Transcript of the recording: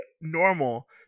normal